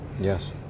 Yes